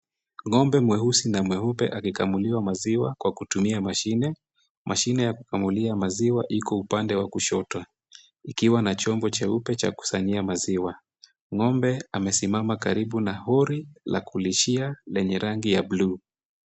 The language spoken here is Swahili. Ng'ombe mweusi na mweupe akikamuliwa maziwa kwa kutumia mashine, mashine ya kukamulia maziwa iko upande wa kushoto ikiwa na chombo cheupe cha kusanyia maziwa. Ng'ombe amesimama karibu na hori la kulishia lenye rangi ya buluu.